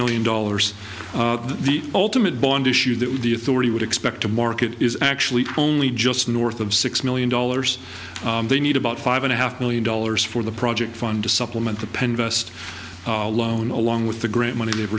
million dollars the ultimate bond issue that the authority would expect to market is actually only just north of six million dollars they need about five and a half million dollars for the project fund to supplement the pen best loan along with the grant money they've